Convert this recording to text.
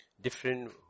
different